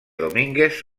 domínguez